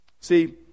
See